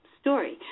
story